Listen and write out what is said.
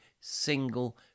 single